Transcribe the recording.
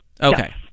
Okay